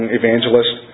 evangelist